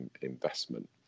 investment